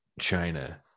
china